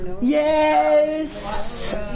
Yes